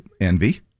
envy